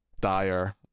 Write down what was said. dire